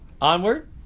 onward